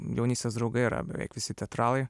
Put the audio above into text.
jaunystės draugai yra beveik visi teatralai